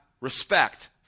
respect